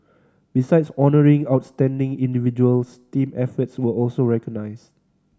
besides honouring outstanding individuals team efforts were also recognised